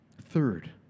Third